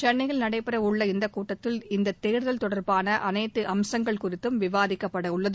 சென்னையில் நடைபெறவுள்ள இந்த கூட்டத்தில் இந்த தேர்தல் தொடர்பாள அனைத்து அம்சங்கள் குறித்தும் விவாதிக்கப்படவுள்ளது